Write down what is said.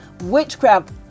witchcraft